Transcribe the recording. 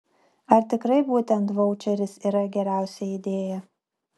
ar tikrai būtent vaučeris yra geriausia idėja